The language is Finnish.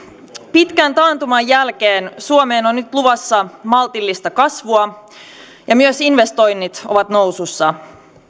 pitkän taantuman jälkeen suomeen on nyt luvassa maltillista kasvua ja myös investoinnit ovat nousussa